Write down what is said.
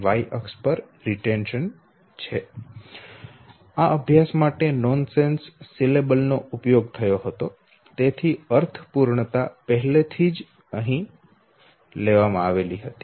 આ અભ્યાસ માટે નોનસેન્સ સિલેબલ નો ઉપયોગ થયો હતો તેથી અર્થપૂર્ણતા પહેલાથી જ લેવામાં આવી હતી